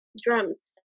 drums